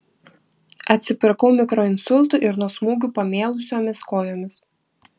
atsipirkau mikroinsultu ir nuo smūgių pamėlusiomis kojomis